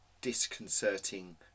disconcerting